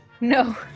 No